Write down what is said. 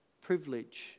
privilege